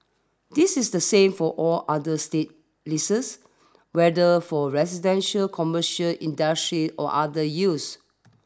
this is the same for all other state leases whether for residential commercial industry or other use